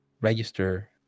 register